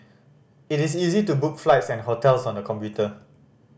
it is easy to book flights and hotels on the computer